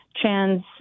trans